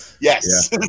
Yes